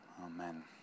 Amen